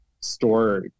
store